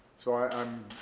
so, i'm